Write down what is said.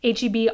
HEB